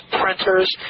printers